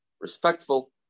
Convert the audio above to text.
respectful